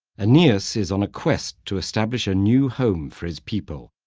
aeneas is on a quest to establish a new home for his people.